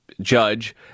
judge